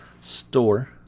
store